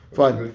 fine